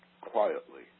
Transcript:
quietly